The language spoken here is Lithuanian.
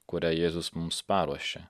kurią jėzus mums paruošė